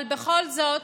אבל בכל זאת,